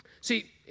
See